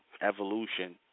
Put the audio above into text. evolution